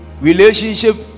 relationship